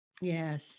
Yes